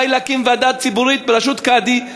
אולי להקים ועדה ציבורית בראשות קאדי,